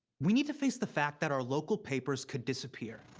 we need to face the fact that our local papers could disappear.